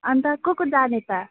अन्त को को जाने त